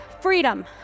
Freedom